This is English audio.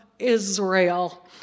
Israel